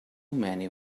many